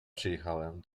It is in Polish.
przyjechałem